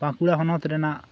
ᱵᱟᱸᱠᱩᱲᱟ ᱦᱚᱱᱚᱛ ᱨᱮᱱᱟᱜ